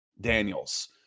Daniels